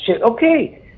okay